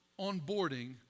onboarding